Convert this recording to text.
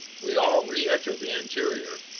we all reentered the interior.